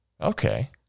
okay